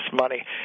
money